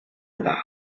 about